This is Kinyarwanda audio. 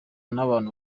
n’abantu